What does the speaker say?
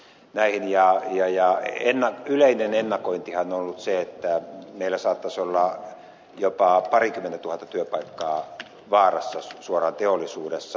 näin ja mia ja ninna yleinen ennakointihan on ollut se että meillä saattaisi olla jopa parikymmentätuhatta työpaikkaa vaarassa suoraan teollisuudessa